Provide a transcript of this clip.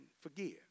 forgive